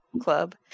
Club